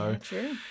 True